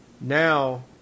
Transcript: now